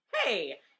Hey